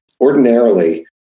ordinarily